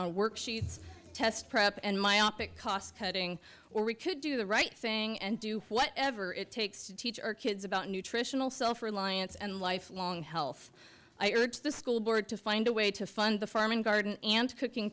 on worksheets test prep and myopic cost cutting or we could do the right thing and do whatever it takes to teach our kids about nutritional self reliance and lifelong health i urge the school board to find a way to fund the farm and garden and cooking